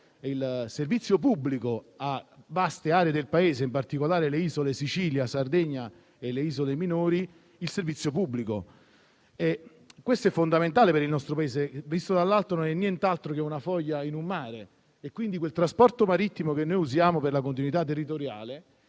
il servizio pubblico a vaste aree del Paese, in particolare alle isole Sicilia, Sardegna e alle isole minori. Questo è fondamentale per il nostro Paese, che visto dall'alto non è nient'altro che una foglia in mezzo al mare. Quindi, quel trasporto marittimo che noi usiamo per la continuità territoriale